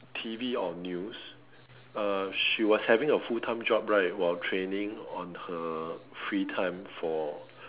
T_V or news uh she was having a full time job right while training on her free time for